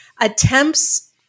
attempts